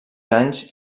anys